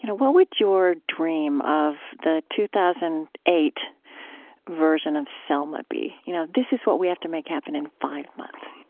you know what would your dream of the two thousand and eight version of selma be? you know, this is what we have to make happen in five months